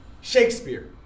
Shakespeare